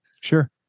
sure